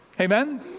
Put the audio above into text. Amen